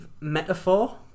metaphor